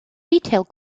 retail